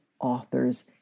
authors